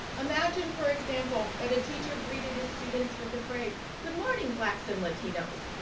imagine, for example, that a teacher greeted his students with the phrase, good morning, blacks and latinos.